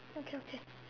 okay okay